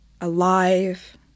alive